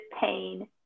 pain